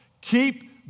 keep